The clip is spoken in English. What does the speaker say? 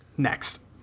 next